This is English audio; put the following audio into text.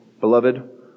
Beloved